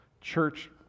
church